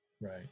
Right